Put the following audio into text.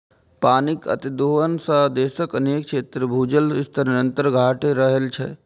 पानिक अतिदोहन सं देशक अनेक क्षेत्र मे भूजल स्तर निरंतर घटि रहल छै